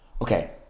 Okay